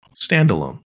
standalone